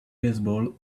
baseball